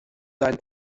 seinen